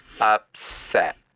upset